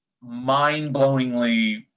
mind-blowingly